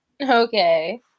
Okay